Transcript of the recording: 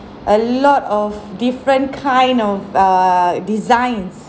a lot of different kind of err designs